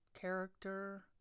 character